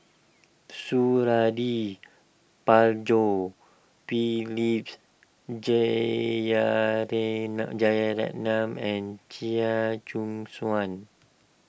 Suradi Parjo P lips Jeyaretnam Jeyaretnam and Chia Choo Suan